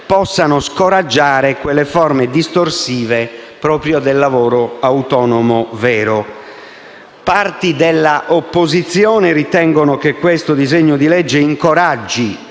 possano scoraggiare quelle forme distorsive del lavoro autonomo vero e proprio. Parti dell'opposizione ritengono che questo disegno di legge incoraggi